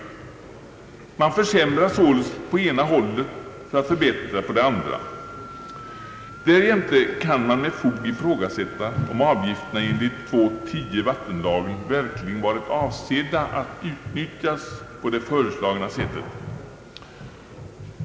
Man försämrar därmed på ena hållet för att förbättra på det andra. Därjämte kan med fog ifrågasättas om avgifterna enligt 2:10 vattenlagen verkligen varit avsedda att utnyttjas på det föreslagna sättet.